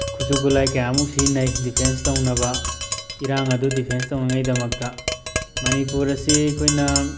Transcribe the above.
ꯈꯨꯠꯁꯨ ꯈꯨꯠꯂꯥꯏ ꯀꯌꯥꯃꯨꯛ ꯁꯤꯖꯤꯟꯅꯩ ꯗꯤꯐꯦꯟꯁ ꯇꯧꯅꯕ ꯏꯔꯥꯡ ꯑꯗꯨ ꯗꯤꯐꯦꯟꯁ ꯇꯧꯅꯉꯥꯏꯗꯃꯛꯇ ꯃꯅꯤꯄꯨꯔ ꯑꯁꯤ ꯑꯩꯈꯣꯏꯅ